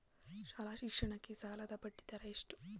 ಶಾಲಾ ಶಿಕ್ಷಣಕ್ಕೆ ಸಾಲದ ಬಡ್ಡಿದರ ಎಷ್ಟು?